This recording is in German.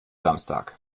samstag